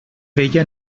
veia